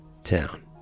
town